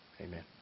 Amen